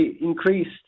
increased